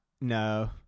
No